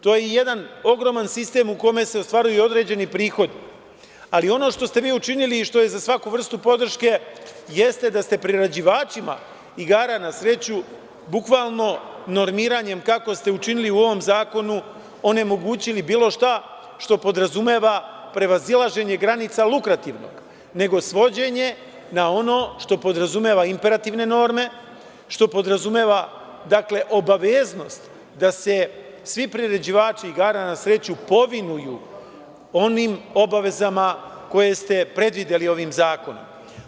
To je jedan ogroman sistem u kome se ostvaruju određeni prihodi, ali ono što ste vi učinili i što je za svaku vrstu podrške jeste da ste priređivačima igara na sreću, bukvalno normiranjem, kako ste učinili u ovom zakonu, onemogućili bilo šta što podrazumeva prevazilaženje granica lukrativnog, nego svođenje na ono što podrazumeva imperativne norme, što podrazumeva obaveznost da se svi priređivači igara na sreću povinuju onim obavezama koje ste predvideli ovim zakonom.